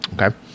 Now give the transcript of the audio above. Okay